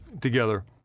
together